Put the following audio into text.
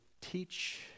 teach